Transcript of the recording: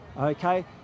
Okay